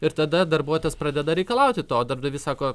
ir tada darbuotojas pradeda reikalauti to darbdavys sako